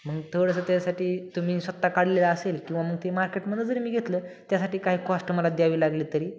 मग थोडंसं त्यासाठी तुम्ही स्वत काढलेलं असेल किंवा मग ते मार्केटमधून जरी मी घेतलं त्यासाठी काय कॉस्ट मला द्यावी लागली तरी